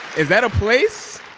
is that a place?